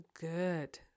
good